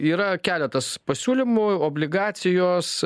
yra keletas pasiūlymų obligacijos